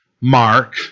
Mark